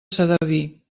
sedaví